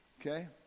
Okay